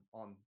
on